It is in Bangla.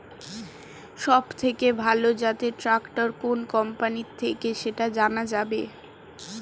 সবথেকে ভালো জাতের ট্রাক্টর কোন কোম্পানি থেকে সেটা জানা যাবে?